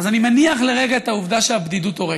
אז אני מניח לרגע את העובדה שהבדידות הורגת.